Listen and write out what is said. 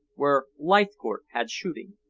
where leithcourt had shooting.